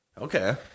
Okay